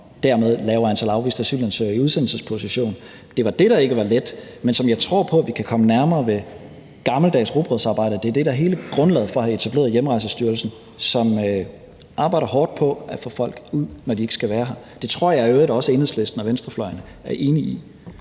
dermed lavere antal afviste asylansøgere i udsendelsesposition. Det var det, der ikke var let, men som jeg tror på vi kan nå ved gammeldags rugbrødsarbejde. Det er det, der er hele grundlaget for at have etableret Hjemrejsestyrelsen, som arbejder hårdt på at få folk ud, når de ikke skal være her. Det tror jeg i øvrigt også Enhedslisten og venstrefløjen